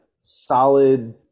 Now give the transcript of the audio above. solid